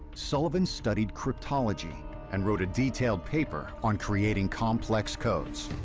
sullivan studied cryptology and wrote a detailed paper on creating complex codes.